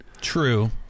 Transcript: True